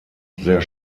sehr